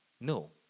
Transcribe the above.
No